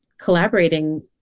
collaborating